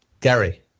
Gary